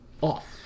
off